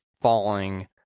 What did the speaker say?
falling